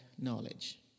knowledge